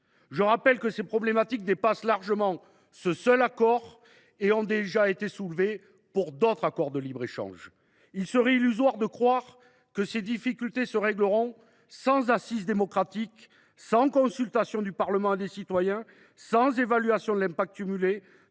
Je rappelle que ces problématiques dépassent largement ce seul traité et ont déjà été soulevées à l’occasion d’autres accords de libre échange. Il serait illusoire de croire que ces difficultés se régleront sans assise démocratique, sans consultation du Parlement ni des citoyens, sans évaluation des effets cumulés